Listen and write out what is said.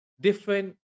different